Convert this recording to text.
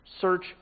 Search